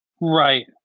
Right